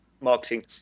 marketing